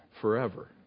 forever